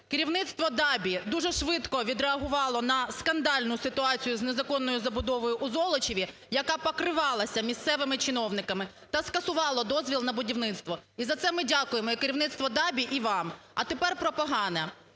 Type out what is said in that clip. Керівництво ДАБІ дуже швидко відреагувало на скандальну ситуацію з незаконною забудовою у Золочеві, яка покривалася місцевими чиновниками та скасувала дозвіл на будівництво. І за це ми дякуємо і керівництву ДАБІ, і вам. А тепер про погане.